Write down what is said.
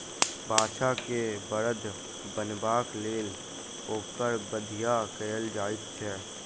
बाछा के बड़द बनयबाक लेल ओकर बधिया कयल जाइत छै